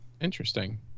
interesting